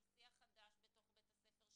של שיח חדש בתוך בית הספר,